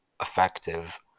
effective